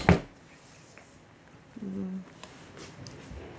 mmhmm